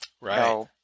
Right